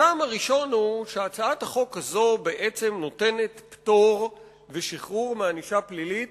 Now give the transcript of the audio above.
הטעם הראשון הוא שהצעת החוק הזאת בעצם נותנת פטור ושחרור מענישה פלילית